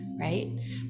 right